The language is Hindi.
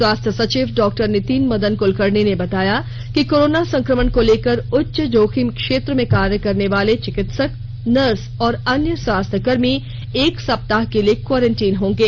स्वास्थ्य सचिव डॉ नितिन मदन कलकर्णी ने बताया कि कोरोना संक्रमण को लेकर उच्च जोखिम क्षेत्र में काम करने वाले चिकित्सक नर्स और अन्य स्वास्थ्यकर्मी एक सप्ताह के लिए क्वारेंटीन होंगे